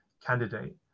candidate